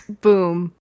boom